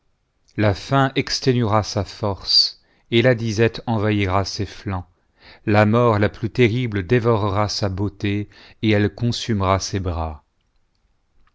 la faim exténuera sa force et la disette envahira ses flancs la mort la plus terrible dévorera sa beauté et elle consumera ses bras